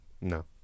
No